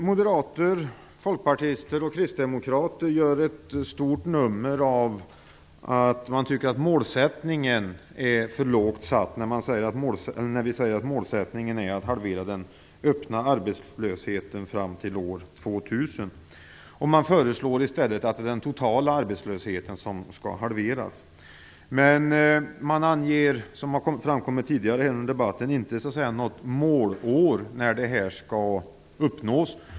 Moderater, folkpartister och kristdemokrater gör ett stort nummer av vår målsättning att halvera den öppna arbetslösheten fram till år 2000, som de tycker är för låg. Man föreslår i stället att den totala arbetslösheten skall halveras. Som framkommit tidigare under debatten anger man inte något år som mål för när detta skall uppnås.